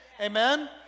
Amen